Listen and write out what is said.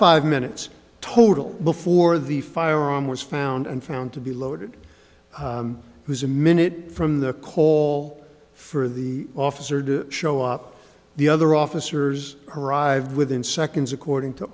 five minutes total before the firearm was found and found to be loaded who's a minute from the call for the officer to show up the other officers arrived within seconds according to